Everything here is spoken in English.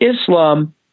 Islam